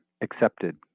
accepted